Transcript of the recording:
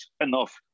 enough